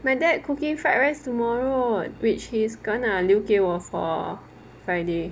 my dad cooking fried rice tomorrow which he is gone 留给我 for friday